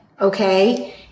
okay